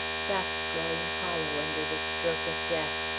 fast growing hollow under the stroke of death.